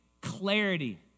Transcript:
clarity